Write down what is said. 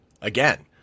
again